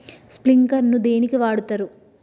Sprinkler ను దేనికి వాడుతరు?